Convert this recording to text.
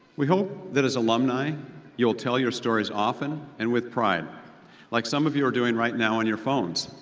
we hope that as alumni you will tell your stories often and with pride like some of you are doing right now on your phones!